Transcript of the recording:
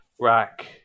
rack